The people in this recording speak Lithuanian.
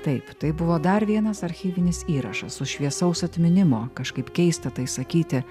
taip tai buvo dar vienas archyvinis įrašas su šviesaus atminimo kažkaip keista tai sakyti